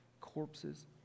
corpses